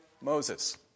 Moses